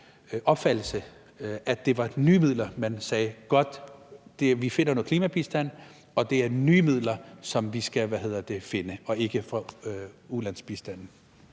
opfattelse, at der var tale om nye midler, altså at man sagde: Godt, vi finder noget klimabistand, og det er nye midler, vi skal finde, og de skal ikke gå fra ulandsbistanden?